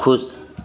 ख़ुश